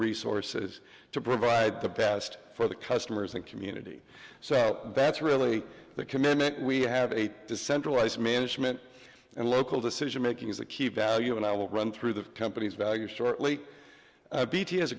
resources to provide the best for the customers and community so that's really the committee we have a decentralized management and local decision making is a key value and i will run through the company's value shortly